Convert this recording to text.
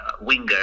winger